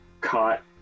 caught